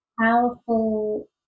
powerful